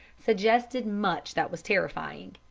suggested much that was terrifying.